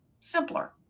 simpler